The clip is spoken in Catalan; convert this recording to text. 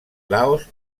laos